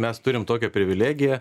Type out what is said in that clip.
mes turim tokią privilegiją